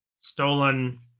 stolen